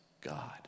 God